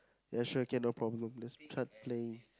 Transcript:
that's right can no problem let's start playing